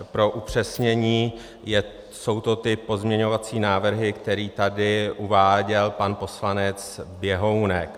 Pro upřesnění, jsou to pozměňovací návrhy, které tady uváděl pan poslanec Běhounek.